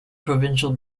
provincial